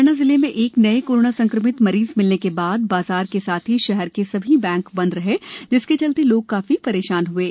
म्रैना जिले में एक नए कोरोना संक्रमित मरीज मिलने के बाद बाजार के साथ ही शहर के सभी बैंक बंद रहे जिसके चलते लोग काफी परेशान हए हैं